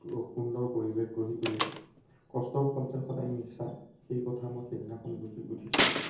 সুন্দৰ পৰিৱেশ গঢ়ি তুলিছিল কষ্টৰ ফল যে সদায় মিঠা সেই কথা মই সেইদিনাখন বুজি উঠিছিলোঁ